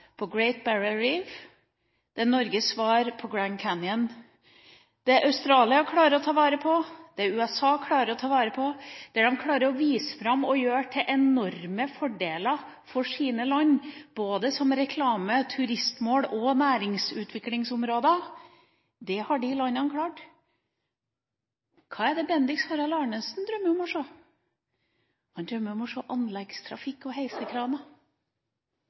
på Great Barrier Reef, det er Norges svar på Grand Canyon. Australia klarer det, USA klarer det – de klarer å vise disse områdene fram og gjøre de til enorme fordeler for sine land, både som reklame, turistmål og næringsutviklingsområder – det har de landene klart. Hva er det representanten Bendiks Harald Arnesen drømmer om å se? Han drømmer om å se anleggstrafikk og